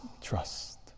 trust